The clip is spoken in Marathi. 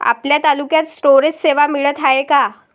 आपल्या तालुक्यात स्टोरेज सेवा मिळत हाये का?